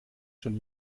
schon